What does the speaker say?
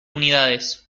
unidades